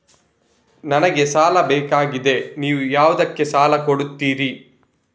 ನನಗೆ ಸಾಲ ಬೇಕಾಗಿದೆ, ನೀವು ಯಾವುದಕ್ಕೆ ಸಾಲ ಕೊಡ್ತೀರಿ?